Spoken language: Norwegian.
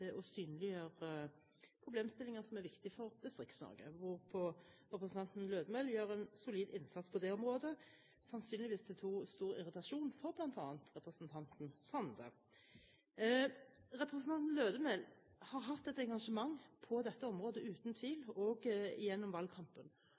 å synliggjøre problemstillinger som er viktig for Distrikts-Norge. Representanten Lødemel gjør en solid innsats på det området, sannsynligvis til stor irritasjon for bl.a. representanten Sande. Representanten Lødemel har hatt et engasjement på dette området, uten tvil,